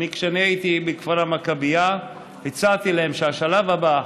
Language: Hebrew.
כשאני הייתי בכפר המכבייה הצעתי להם שהשלב הבא,